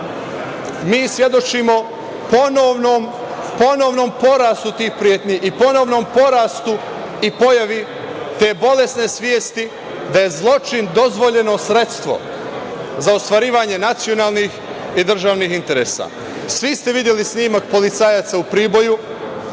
Mi svedočimo ponovnom porastu tih pretnji i ponovnom porastu i pojavi te bolesne svesti da je zločin dozvoljeno sredstvo za ostvarivanje nacionalnih i državnih interesa. Svi ste videli snimak policajaca u Priboju